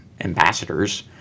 ambassadors